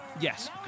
Yes